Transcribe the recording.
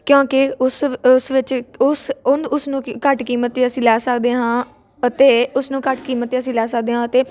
ਕਿਉਂਕਿ ਉਸ ਉਸ ਵਿੱਚ ਉਸ ਉਨ ਉਸ ਨੂੰ ਕੀ ਘੱਟ ਕੀਮਤ 'ਤੇ ਅਸੀਂ ਲੈ ਸਕਦੇ ਹਾਂ ਅਤੇ ਉਸਨੂੰ ਘੱਟ ਕੀਮਤ 'ਤੇ ਅਸੀਂ ਲੈ ਸਕਦੇ ਹਾਂ ਅਤੇ